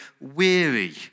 weary